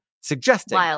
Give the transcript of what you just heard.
suggesting